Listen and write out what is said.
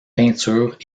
peintures